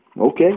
Okay